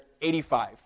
85